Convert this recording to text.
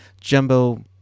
Jumbo